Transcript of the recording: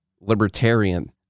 libertarian